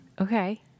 Okay